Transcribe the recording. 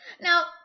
Now